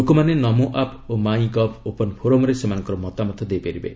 ଲୋକମାନେ 'ନମୋ ଆପ୍' ଓ 'MyGov open ଫୋରମ୍'ରେ ସେମାନଙ୍କର ମତାମତ ଦେଇପାରିବେ